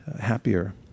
happier